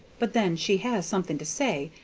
but then she has something to say,